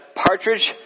partridge